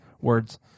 words